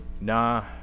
Nah